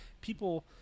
people